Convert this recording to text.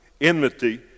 enmity